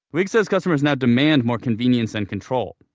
wiig said customers now demand more convenience and control,